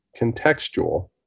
contextual